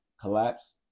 collapse